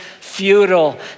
futile